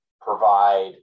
provide